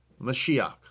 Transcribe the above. Mashiach